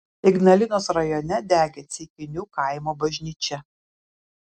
ignalinos rajone degė ceikinių kaimo bažnyčia